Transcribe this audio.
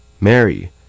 Mary